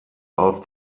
auf